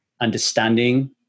understanding